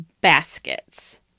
baskets